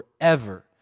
forever